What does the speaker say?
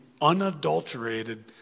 unadulterated